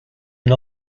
can